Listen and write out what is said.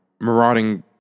marauding